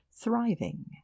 Thriving